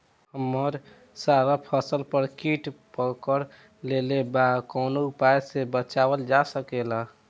हमर सारा फसल पर कीट पकड़ लेले बा कवनो उपाय से बचावल जा सकेला?